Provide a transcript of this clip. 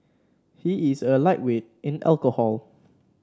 he is a lightweight in alcohol